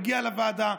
הגיע לוועדה.